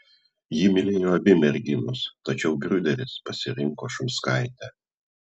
jį mylėjo abi merginos tačiau briūderis pasirinko šumskaitę